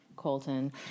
Colton